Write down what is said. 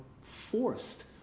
forced